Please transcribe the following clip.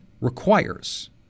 requires